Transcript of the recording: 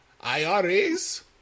IRAs